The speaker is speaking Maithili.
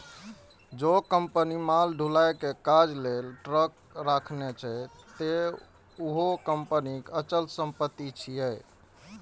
जौं कंपनी माल ढुलाइ के काज लेल ट्रक राखने छै, ते उहो कंपनीक अचल संपत्ति छियै